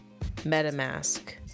MetaMask